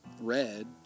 Red